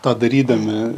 tą darydami